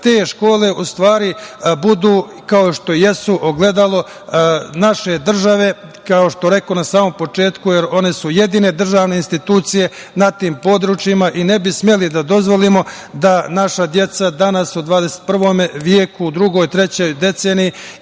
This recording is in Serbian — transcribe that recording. te škole u stvari budu, kao što jesu, ogledalo naše države kao što sam rekao na samom početku, jer one su jedine državne institucije na tim područjima i ne bi smeli da dozvolimo da naša deca danas u 21. veku, u drugoj,